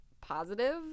positive